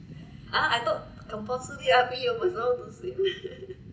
ah I thought compulsory putting your per~ to sleep